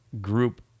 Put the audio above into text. group